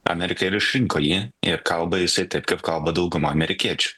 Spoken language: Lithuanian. amerika ir išrinko jį ir kalba jisai taip kaip kalba dauguma amerikiečių